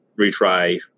retry